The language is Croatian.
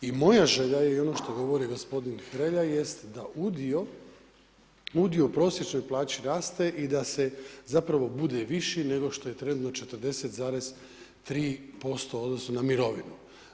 I moja želja je i o ono što govori gospodin Hrelja jest da udio u prosječnoj plaći raste i da zapravo bude viši nego što je trenutno na 40,3% u odnosu na mirovinu.